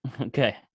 Okay